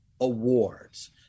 awards